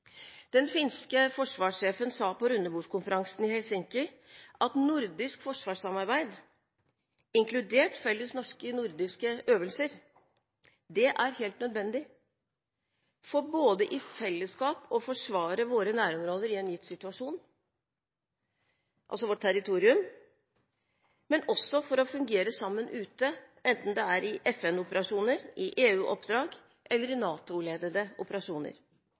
Den finske forsvarssjefen sa på rundebordskonferansen i Helsinki at nordisk forsvarssamarbeid – inkludert felles nordiske øvelser – er helt nødvendig for både i fellesskap å forsvare våre nærområder i en gitt situasjon – altså vårt territorium – og for å fungere sammen ute, enten det er i FN-operasjoner, i EU-oppdrag eller i NATO-ledede operasjoner.